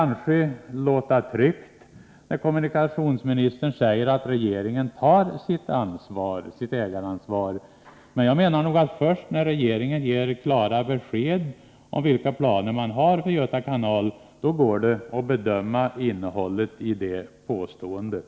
När kommunikationsministern sade att regeringen tar sitt ägaransvar, var avsikten kanske att det skulle låta tryggt, men jag menar att det går att bedöma innehållet i det påståendet först när regeringen ger klara besked om vilka planer man har för Göta kanal.